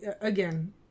again